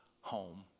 home